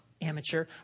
amateur